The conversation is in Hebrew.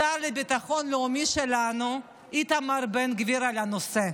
השר לביטחון לאומי שלנו איתמר בן גביר על הנושא?